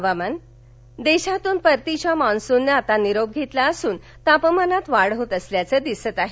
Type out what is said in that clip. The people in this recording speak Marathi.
हवामान देशातून परतीच्या मान्सूनने आता निरोप घेतला असून तापमानात वाढ होत असल्याचे दिसत आहे